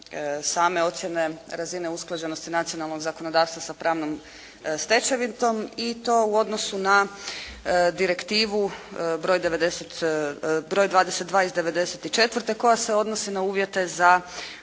same ocjene razine usklađenosti nacionalnog zakonodavstva sa pravnom stečevinom i to u odnosu na direktivu broj 22 iz 94. koja se odnosi na uvjete za davanje